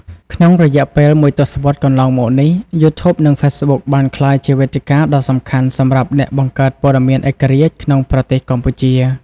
ក្នុងរយៈពេលមួយទសវត្សរ៍កន្លងមកនេះ YouTube និង Facebook បានក្លាយជាវេទិកាដ៏សំខាន់សម្រាប់អ្នកបង្កើតព័ត៌មានឯករាជ្យក្នុងប្រទេសកម្ពុជា។